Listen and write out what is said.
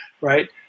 right